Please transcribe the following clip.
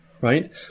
right